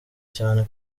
cyane